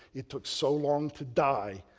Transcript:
it took so long to die,